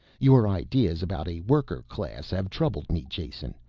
your ideas about a worker-class have troubled me jason.